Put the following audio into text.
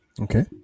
Okay